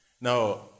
Now